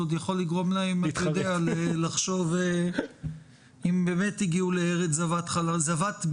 זה יכול לגרום להם לחשוב אם באמת הגיעו לארץ זבת בירוקרטיה.